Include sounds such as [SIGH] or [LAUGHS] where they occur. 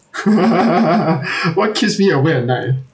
[LAUGHS] what keeps me awake at night